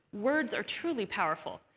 words are truly powerful.